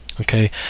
Okay